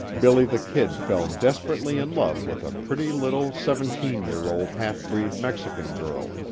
billy the kid fell desperately in love with a pretty little seventeen-year-old half-breed mexican girl,